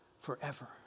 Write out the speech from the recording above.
forever